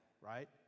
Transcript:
right